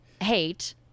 hate